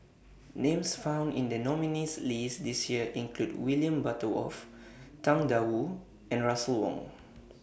Names found in The nominees' list This Year include William Butterworth Tang DA Wu and Russel Wong